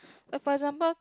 for example